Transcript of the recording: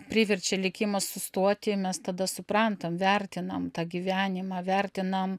priverčia likimas sustoti mes tada suprantam vertinam tą gyvenimą vertinam